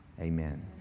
Amen